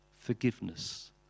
forgiveness